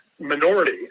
minority